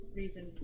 reason